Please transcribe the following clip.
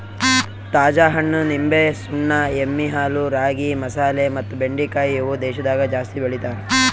ತಾಜಾ ಹಣ್ಣ, ನಿಂಬೆ, ಸುಣ್ಣ, ಎಮ್ಮಿ ಹಾಲು, ರಾಗಿ, ಮಸಾಲೆ ಮತ್ತ ಬೆಂಡಿಕಾಯಿ ಇವು ದೇಶದಾಗ ಜಾಸ್ತಿ ಬೆಳಿತಾರ್